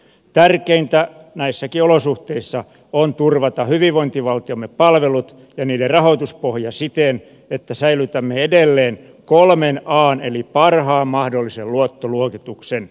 tärkeintä näissäkin olosuhteissa on turvata hyvinvointivaltiomme palvelut ja niiden rahoituspohja siten että säilytämme edelleen kolmen an eli parhaan mahdollisen luottoluokituksen